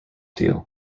deal